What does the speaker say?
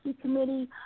Committee